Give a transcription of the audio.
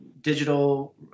digital